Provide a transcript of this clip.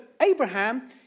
Abraham